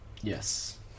yes